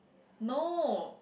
no